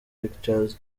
pictures